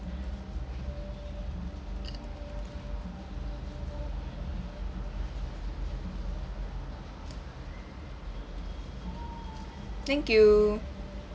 thank you